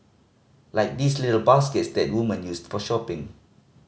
like these little baskets that woman used for shopping